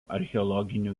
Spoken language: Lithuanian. archeologinių